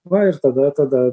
va ir tada tada